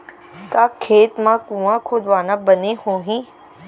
का खेत मा कुंआ खोदवाना बने होही?